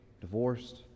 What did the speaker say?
divorced